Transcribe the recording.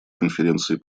конференции